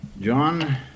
John